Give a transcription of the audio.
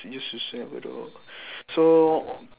used to stay at bedok so